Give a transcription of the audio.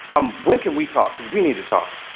um when can we talk, because we need to talk.